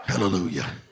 Hallelujah